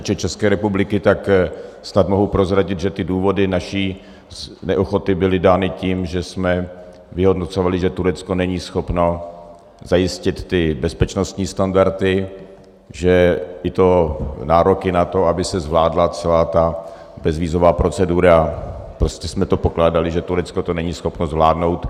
Co se týče České republiky, tak snad mohu prozradit, že ty důvody naší neochoty byly dány tím, že jsme vyhodnocovali, že Turecko není schopno zajistit ty bezpečnostní standardy, že tyto nároky na to, aby se zvládla celá ta bezvízová procedura, prostě jsme to pokládali, že Turecko to není schopno zvládnout.